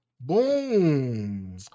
boom